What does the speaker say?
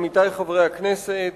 עמיתי חברי הכנסת,